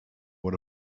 what